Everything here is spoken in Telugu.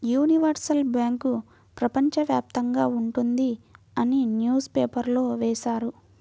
యూనివర్సల్ బ్యాంకు ప్రపంచ వ్యాప్తంగా ఉంటుంది అని న్యూస్ పేపర్లో వేశారు